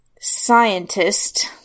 scientist